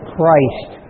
Christ